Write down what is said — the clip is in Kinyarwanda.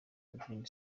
green